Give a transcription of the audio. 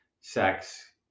sex